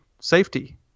safety